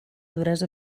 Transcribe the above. duresa